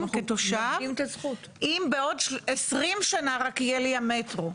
כתושב אם בעוד 20 שנה רק יהיה לי המטרו?